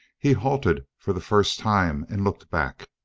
he halted for the first time and looked back.